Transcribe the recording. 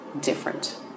different